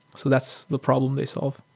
so that's the problem they solve